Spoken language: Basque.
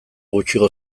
gutxiago